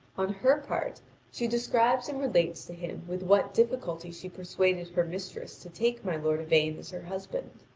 on her part she describes and relates to him with what difficulty she persuaded her mistress to take my lord yvain as her husband,